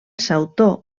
sautor